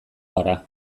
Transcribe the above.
gara